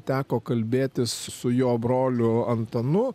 teko kalbėtis su jo broliu antanu